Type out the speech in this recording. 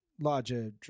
larger